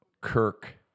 Kirk